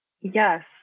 Yes